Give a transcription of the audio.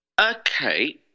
okay